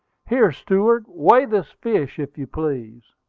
here, steward, weigh this fish, if you please.